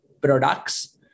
products